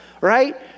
right